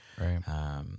Right